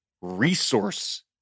resource